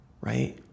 right